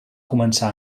començar